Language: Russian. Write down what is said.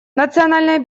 национальная